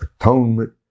atonement